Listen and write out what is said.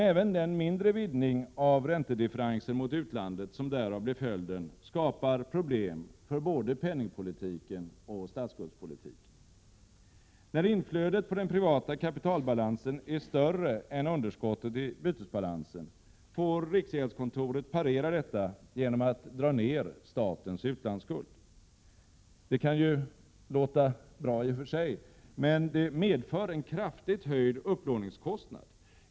Även den mindre vidgningen av räntedifferensen mot utlandet som därav blev följden skapar problem för både penningpolitiken och statsskuldspolitiken. När inflödet på den privata kapitalbalansen är större än underskottet i bytesbalansen, får riksgäldskontoret parera detta genom att dra ned statens utlandsskuld. Det kan i och för sig låta bra, men det medför en kraftigt höjd upplåningskostnad.